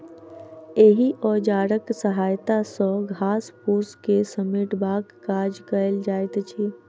एहि औजारक सहायता सॅ घास फूस के समेटबाक काज कयल जाइत अछि